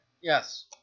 Yes